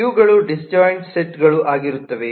ಇವುಗಳು ಡಿಸ್ಜಾಯಿಂಟ್ ಸೆಟ್ಗಳು ಆಗಿರುತ್ತವೆ